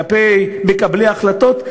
כלפי מקבלי ההחלטות,